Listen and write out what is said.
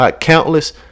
countless